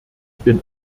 bin